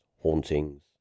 hauntings